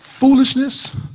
foolishness